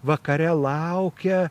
vakare laukia